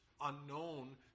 unknown